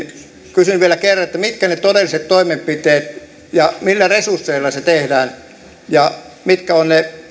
kysyn vielä kerran mitkä ovat ne todelliset toimenpiteet ja millä resursseilla ne tehdään mitkä ovat ne